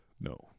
No